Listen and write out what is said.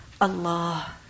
Allah